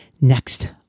next